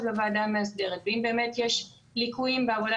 לוועדה המאסדרת ואם באמת יש ליקויים בעבודה